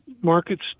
Markets